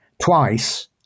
twice